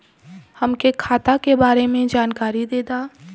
हमके खाता के बारे में जानकारी देदा?